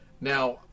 Now